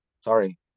sorry